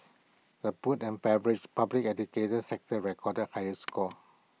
the food and beverage public education sectors recorded higher scores